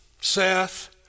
Seth